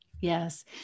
Yes